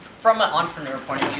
from an entrepreneur point